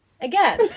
Again